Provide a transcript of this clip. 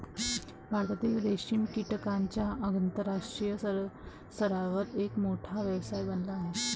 भारतातील रेशीम कीटकांचा आंतरराष्ट्रीय स्तरावर एक मोठा व्यवसाय बनला आहे